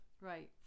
Right